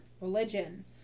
religion